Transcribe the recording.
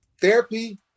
therapy